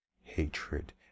Hatred